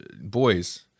boys